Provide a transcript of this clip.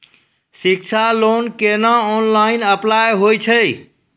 शिक्षा लोन केना online apply होय छै?